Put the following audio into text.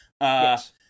Yes